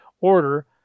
order